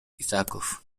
исаков